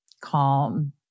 calm